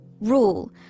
rule